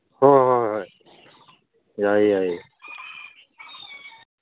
ꯍꯣꯏ ꯍꯣꯏ ꯍꯣꯏ ꯌꯥꯏ ꯌꯥꯏ